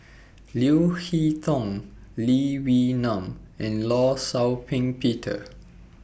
Leo Hee Tong Lee Wee Nam and law Shau Ping Peter